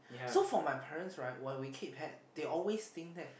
so for my parents right when we keep pet we always think that